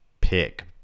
pick